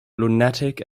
lunatic